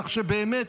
כך שבאמת,